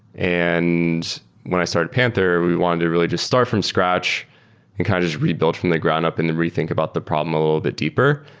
and when i started panther, we wanted to really just start from scratch and kind of just rebuild from the ground-up and then rethink about the problem a little bit deeper.